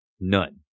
None